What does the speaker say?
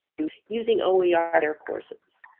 using oer, ah other courses.